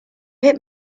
hit